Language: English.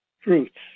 fruits